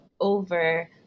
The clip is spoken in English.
over